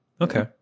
Okay